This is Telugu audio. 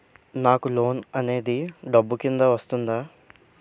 నాకు లోన్ అనేది డబ్బు కిందా వస్తుందా?